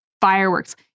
fireworks